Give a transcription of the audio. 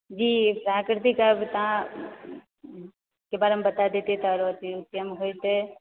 जी प्राकृतिक एतुका बारेमे बता देतियै तऽ अतिउत्तम होइतै